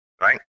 right